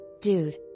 Dude